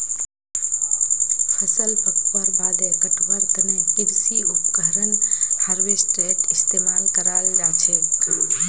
फसल पकवार बादे कटवार तने कृषि उपकरण हार्वेस्टरेर इस्तेमाल कराल जाछेक